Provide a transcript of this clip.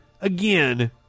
again